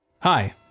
Hi